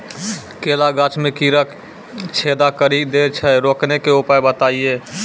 केला गाछ मे कीड़ा छेदा कड़ी दे छ रोकने के उपाय बताइए?